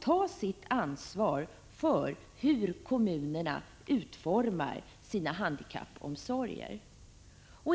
ta sitt ansvar för hur kommunerna utformar sina handikappomsorger.